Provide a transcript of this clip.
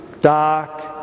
Dark